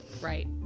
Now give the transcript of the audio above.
Right